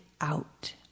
out